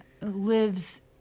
lives